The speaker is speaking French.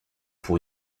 pour